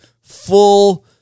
full